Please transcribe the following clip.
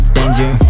Danger